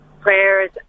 prayers